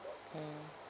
mm